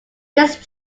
this